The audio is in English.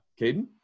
Caden